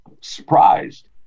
Surprised